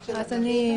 רק שנבין קצת.